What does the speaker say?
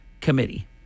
committee